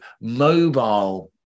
mobile